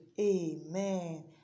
Amen